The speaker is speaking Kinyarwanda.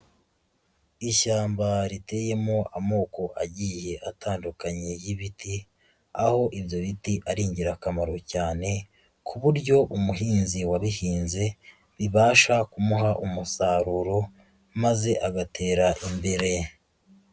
Ishyamba riteyemo amoko agiye atandukanye y'ibiti, aho ibyo biti ari ingirakamaro cyane, ku buryo umuhinzi wabihinze, bibasha kumuha umusaruro, maze agatera imbere.